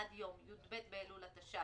עד יום י"ב באלול התש"ף,